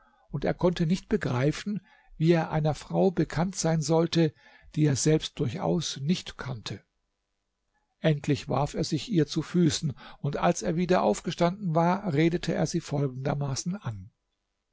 und er konnte nicht begreifen wie er einer frau bekannt sein solle die er selbst durchaus nicht kannte endlich warf er sich ihr zu füßen und als er wieder aufgestanden war redete er sie folgendermaßen an